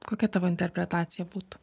kokia tavo interpretacija būtų